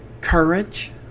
courage